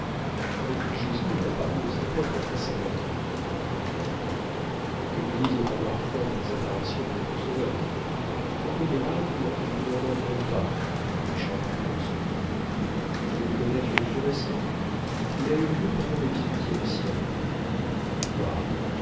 mais jésus est apparu aux apôtres après sa mort reprit le curé l'église doit avoir foi dans les apparitions de notre sauveur quant aux miracles nous n'en manquons pas dit l'abbé chaperon en souriant voulez-vous connaître le plus récent il a eu lieu pendant le dix-huitième siècle